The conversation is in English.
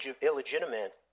illegitimate